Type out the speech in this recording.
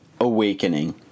Awakening